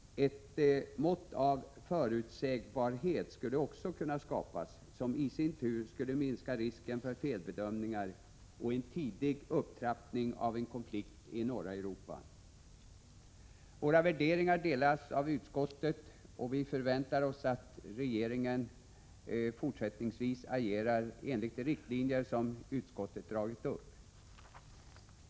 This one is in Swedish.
Ett mått av förutsägbarhet skulle också kunna skapas, som i sin tur skulle minska risken för felbedömningar och en tidig upptrappning av en konflikt i norra Europa. Våra värderingar delas av utskottet. Vi förväntar oss därför att regeringen fortsättningsvis agerar enligt de riktlinjer som utskottet dragit upp.